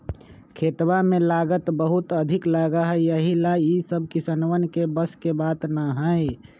खेतवा में लागत बहुत अधिक लगा हई यही ला ई सब किसनवन के बस के बात ना हई